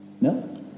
No